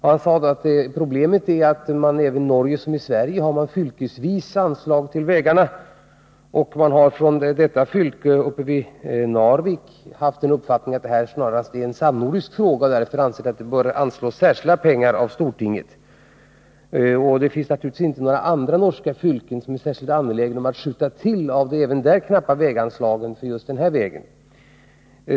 Han sade då att problemet är att man i Norge har anslag fylkesvis — liksom i Sverige när det gäller länen — till vägarna. Man har inom detta fylke uppe i Narvik haft uppfattningen att det här snarast är en samnordisk fråga och därför ansett att det bör anslås särskilda pengar av stortinget. Och det finns naturligtvis inte några andra norska fylken som är särskilt angelägna om att skjuta till av sina knappa väganslag för just den här vägen.